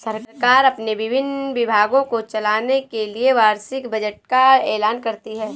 सरकार अपने विभिन्न विभागों को चलाने के लिए वार्षिक बजट का ऐलान करती है